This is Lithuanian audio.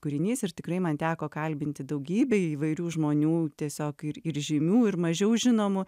kūrinys ir tikrai man teko kalbinti daugybę įvairių žmonių tiesiog ir ir žymių ir mažiau žinomų